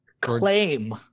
claim